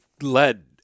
led